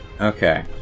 Okay